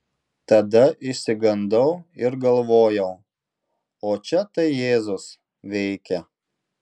tada išsigandau ir galvojau o čia tai jėzus veikia